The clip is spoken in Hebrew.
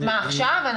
מה, עכשיו?